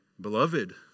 beloved